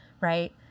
right